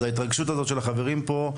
אז זו התרגשות של כל החברים פה,